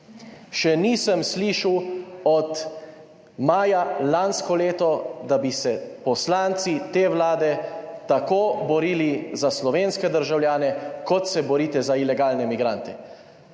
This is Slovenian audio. Še nisem slišal od maja lansko leto, da bi se poslanci te Vlade tako borili za slovenske državljane, kot se borite za ilegalne migrante: